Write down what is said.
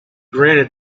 granted